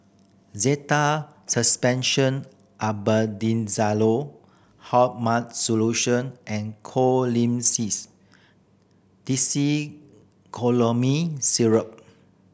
Zental Suspension Albendazole Hartman's Solution and Colimix Dicyclomine Syrup